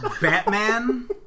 Batman